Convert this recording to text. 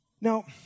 Now